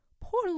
poor